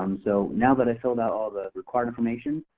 um so now that i filled out all the required information,